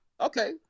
Okay